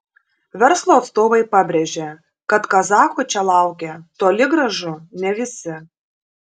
verslo atstovai pabrėžia kad kazachų čia laukia toli gražu ne visi